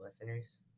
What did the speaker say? listeners